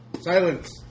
Silence